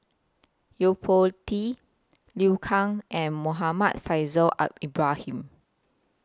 Yo Po Tee Liu Kang and Muhammad Faishal Ibrahim